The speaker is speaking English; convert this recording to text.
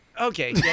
Okay